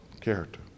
character